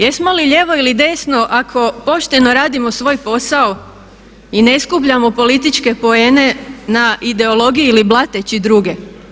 Jesmo li lijevo ili desno ako pošteno radimo svoj posao i ne skupljamo političke poene na ideologiji ili blateći druge?